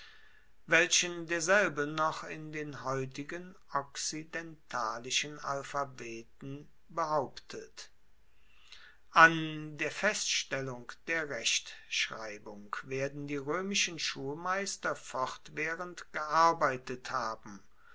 welchen derselbe noch in den heutigen okzidentalischen alphabeten behauptet an der feststellung der rechtschreibung werden die roemischen schulmeister fortwaehrend gearbeitet haben